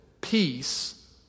peace